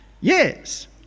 Yes